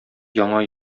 яңа